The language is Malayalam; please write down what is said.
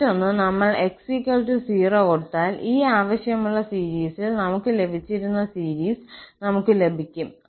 മറ്റൊന്ന് നമ്മൾ 𝑥0 കൊടുത്താൽ ഈ ആവശ്യമുള്ള സീരിസിൽ നമുക്ക് ലഭിച്ചിരുന്ന സീരിസ് നമുക്ക് ലഭിക്കും